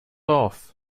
off